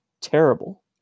terrible